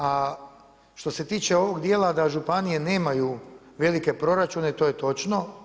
A što se tiče ovog dijela da županije nemaju velike proračune, to je točno.